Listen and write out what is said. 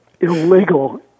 illegal